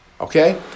Okay